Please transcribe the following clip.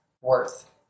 worth